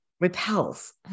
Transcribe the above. repels